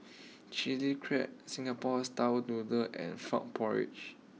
Chilli Crab Singapore style Noodles and Frog Porridge